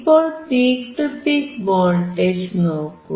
ഇപ്പോൾ peak to peak voltage നോക്കൂ